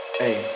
hey